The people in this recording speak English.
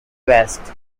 west